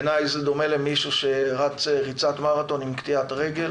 בעיניי זה דומה למישהו שרץ ריצת מרתון עם רגל קטועה,